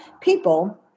people